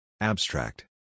Abstract